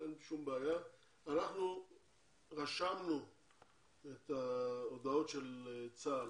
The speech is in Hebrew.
אנחנו רשמנו את ההודעות של צה"ל,